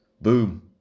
Boom